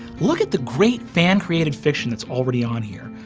look at the great fan-created fiction that's already on here.